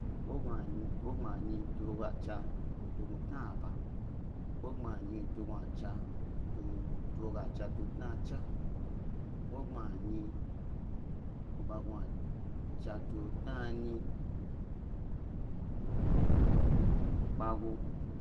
Wogbma, wogbma nyi tu woga chni tu gnu tnaba, wogbma nyi tu woga chna tu tna cha, wogbma nyi eba gnucha tu tnanyi ɓagu.